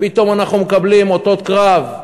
פתאום אנחנו מקבלים אותות קרב,